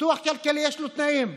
לפיתוח כלכלי יש תנאים.